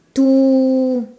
two